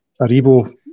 Aribo